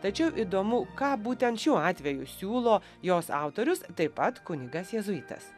tačiau įdomu ką būtent šiuo atveju siūlo jos autorius taip pat kunigas jėzuitas